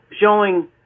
showing